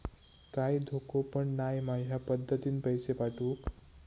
काय धोको पन नाय मा ह्या पद्धतीनं पैसे पाठउक?